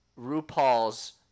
rupaul's